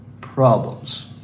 problems